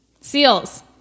Seals